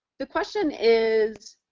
the question is,